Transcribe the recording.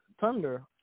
Thunder